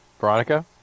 Veronica